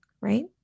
Right